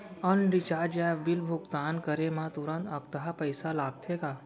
Online recharge या bill भुगतान करे मा तुरंत अक्तहा पइसा लागथे का?